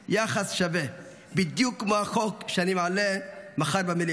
יחס שווה, בדיוק כמו החוק שאני מעלה מחר במליאה.